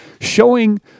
showing